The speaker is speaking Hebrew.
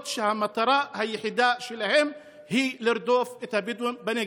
שהמטרה היחידה שלהן היא לרדוף את הבדואים בנגב.